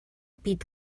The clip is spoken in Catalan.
pit